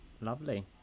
Lovely